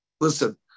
listen